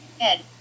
Ed